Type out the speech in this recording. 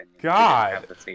god